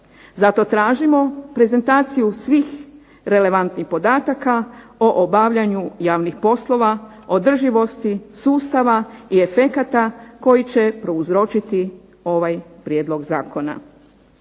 Zato tražimo prezentaciju svih relevantnih podataka o obavljanju javnih poslova, održivosti sustava i efekata koji će prouzročiti ovaj prijedlog zakona.